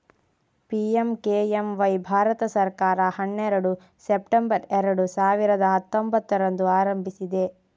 PMKMY Bharat ಸರ್ಕಾರ ಹನ್ನೆರಡು September ಎರಡು ಸಾವಿರದ ಹತ್ತೊಂಭತ್ತರಂದು ಆರಂಭಿಸಿದೆ